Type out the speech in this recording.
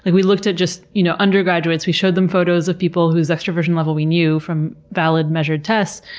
like we looked at just, you know, undergraduates, we showed them photos of people whose extroversion level we knew from valid, measured tests,